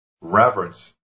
Reverence